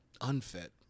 Unfit